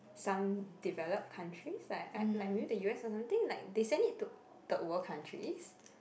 some developed countries like uh like maybe the u_s or something like they send it to third world countries